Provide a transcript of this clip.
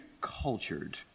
cultured